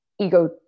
ego